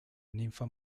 ninfa